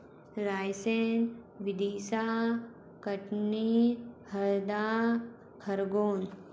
Raisen Vidisha Katni Harda Khargone